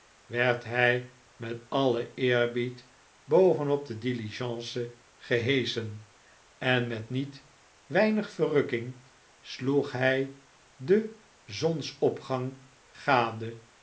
werd hij met alien eerbied boven op de diligence geheschen en met niet weinig verrukking sloeg hij den zonsopgang gade